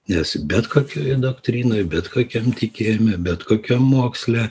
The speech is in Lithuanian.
nes bet kokioje doktrinoj bet kokiam tikėjime bet kokiam moksle